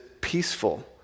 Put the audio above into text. peaceful